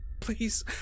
please